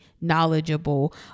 knowledgeable